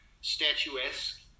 statuesque